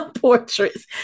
portraits